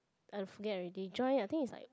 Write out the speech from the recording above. I forget already join I think is like